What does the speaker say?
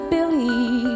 Billy